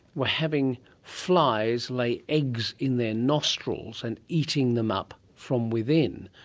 were having flies lay eggs in their nostrils and eating them up from within.